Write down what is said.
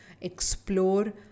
explore